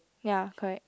ya correct